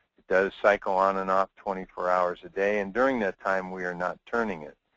it does cycle on and off twenty four hours a day. and during that time we are not turning it.